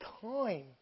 time